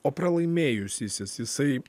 o pralaimėjusysis jisai